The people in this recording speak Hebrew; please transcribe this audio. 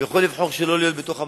הוא יכול לבחור שלא להיות בתוך המאגר.